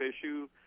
issue